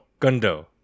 Gundo